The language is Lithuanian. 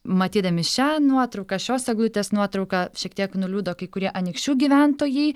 matydami šią nuotrauką šios eglutės nuotrauką šiek tiek nuliūdo kai kurie anykščių gyventojai